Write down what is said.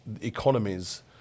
economies